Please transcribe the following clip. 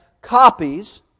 copies